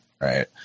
Right